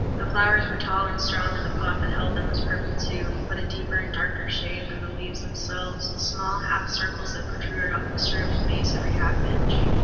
the flowers were tall and strong and the pot that held them was purple too, but a deeper and darker shade than the leaves themselves, with small half-circles that protruded off the ceramic base every half inch.